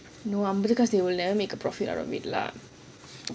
no அம்பது காசு உள்ள:ambathu kasu ulla because they will never make a profit out of it lah